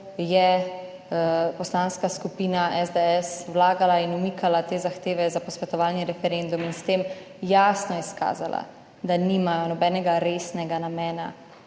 je Poslanska skupina SDS vlagala in umikala te zahteve za posvetovalni referendum in s tem jasno izkazala, da nimajo nobenega resnega namena